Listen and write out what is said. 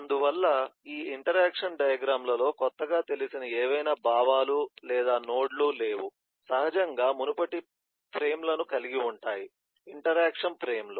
అందువల్ల ఈ interaction diagram లలో కొత్తగా తెలిసిన ఏవైనా భావనలు లేదా నోడ్లు లేవు సహజంగా మునుపటి ఫ్రేమ్లను కలిగి ఉంటాయి ఇంటరాక్షన్ ఫ్రేమ్లు